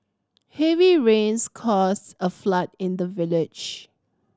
heavy rains caused a flood in the village